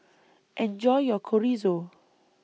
Enjoy your Chorizo